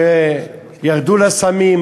שירדו לסמים,